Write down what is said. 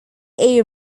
area